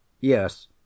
Yes